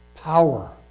power